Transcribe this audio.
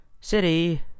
city